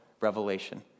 revelation